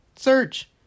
Search